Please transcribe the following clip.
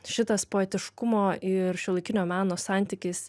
šitas poetiškumo ir šiuolaikinio meno santykis